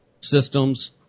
systems